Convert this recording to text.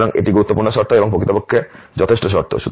সুতরাং এটি গুরুত্বপূর্ণ শর্ত এবং সেগুলি প্রকৃতপক্ষে যথেষ্ট শর্ত